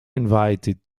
invited